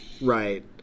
Right